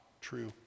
true